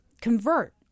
convert